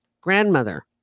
grandmother